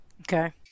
Okay